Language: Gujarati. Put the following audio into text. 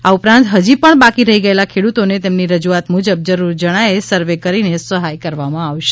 આ ઉપરાંત હજી પણ બાકી રહી ગયેલા ખેડૂતોને તેમની રજૂઆત મુજબ જરૂર જણાયે સર્વે કરીને સહાય કરવામાં આવશે